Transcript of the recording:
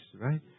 right